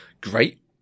Great